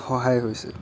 সহায় হৈছে